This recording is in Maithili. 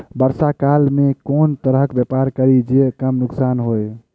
वर्षा काल मे केँ तरहक व्यापार करि जे कम नुकसान होइ?